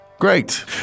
Great